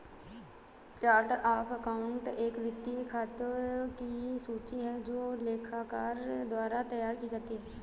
chart of account एक वित्तीय खातों की सूची है जो लेखाकार द्वारा तैयार की जाती है